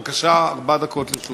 בבקשה, ארבע דקות לרשותך.